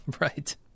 Right